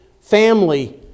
family